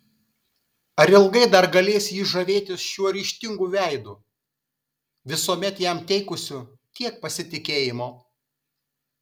ar ilgai dar galės jis žavėtis šiuo ryžtingu veidu visuomet jam teikusiu tiek pasitikėjimo